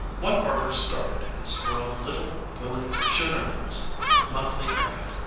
one barber started and spoiled little willy schuneman's monthly haircut.